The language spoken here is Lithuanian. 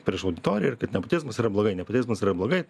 prieš auditoriją ir kad nepotizmas yra blogai nepotizmas yra blogai